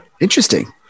interesting